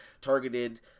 targeted